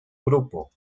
grupo